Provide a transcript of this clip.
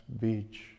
beach